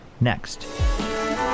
next